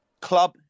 club